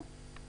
כן.